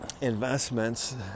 investments